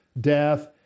death